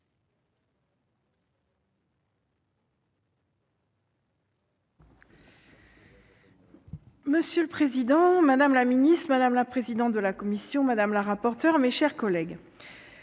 Monsieur le président, madame la ministre, madame la présidente de la commission madame la rapporteure, mes chers collègues,